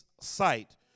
sight